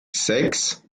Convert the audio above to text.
sechs